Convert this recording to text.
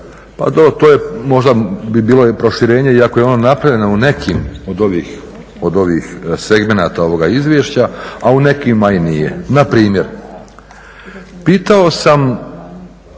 pa dobro možda bi to bilo proširenje iako je ono napravljeno u nekim od ovih segmenata ovog izvješća, a u nekima i nije. Npr. pitao sam